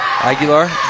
Aguilar